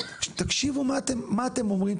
תקשיבו מה אתם אומרים,